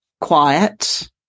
quiet